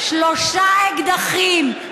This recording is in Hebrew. שלושה אקדחים.